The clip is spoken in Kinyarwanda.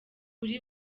kuri